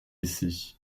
laissée